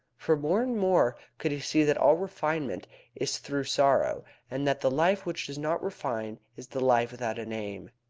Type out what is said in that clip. for more and more could he see that all refinement is through sorrow, and that the life which does not refine is the life without an aim.